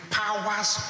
powers